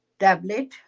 tablet